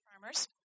farmers